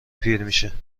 پیرمیشه